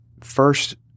first